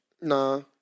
Nah